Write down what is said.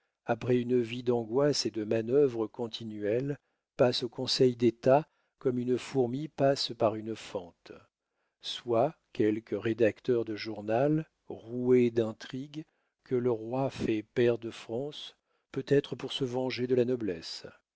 après une vie d'angoisses et de manœuvres continuelles passe au conseil-d'état comme une fourmi passe par une fente soit quelque rédacteur de journal roué d'intrigues que le roi fait pair de france peut-être pour se venger de la noblesse